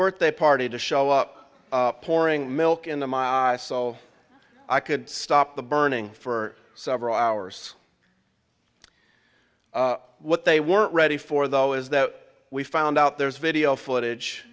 birthday party to show up pouring milk in the so i could stop the burning for several hours what they weren't ready for though is that we found out there's video footage